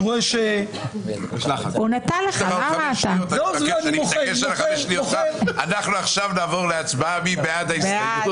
נצביע על הסתייגות 198 מי בעד?